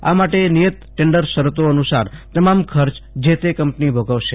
આ માટે નિયત ટેન્ડર શરતો અનુસાર તમામ ખર્ચ જે તે કંપની ભોગવશે